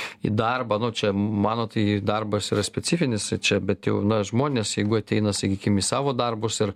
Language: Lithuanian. į darbą nu čia mano tai darbas yra specifinis čia bet jau na žmonės jeigu ateina sakykim į savo darbus ir